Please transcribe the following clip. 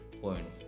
point